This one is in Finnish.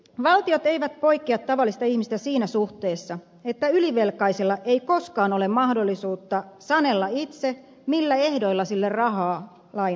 valtiot eivät poikkea tavallisista ihmisistä siinä suhteessa että ylivelkaisella ei koskaan ole mahdollisuutta sanella itse millä ehdoilla sille rahaa lainataan